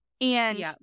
And-